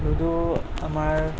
ludo আমাৰ